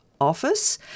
office